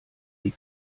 die